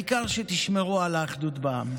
העיקר שתשמרו על האחדות בעם.